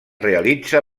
realitza